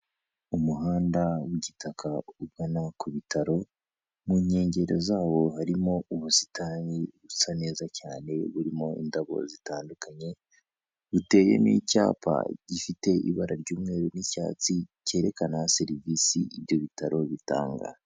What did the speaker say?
Umuhanda w'igitaka ugana ku bitaro, mu nkengero zawo harimo ubusitani busa neza cyane burimo indabo zitandukanye, buteyemo icyapa gifite ibara ry'umweru n'icyatsi cyerekana serivisi ibyo bitaro bitanga.